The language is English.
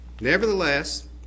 nevertheless